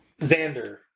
Xander